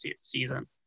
season